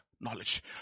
Knowledge